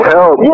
Help